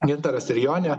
gintaras ir jonė